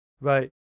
Right